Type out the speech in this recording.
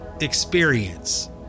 experience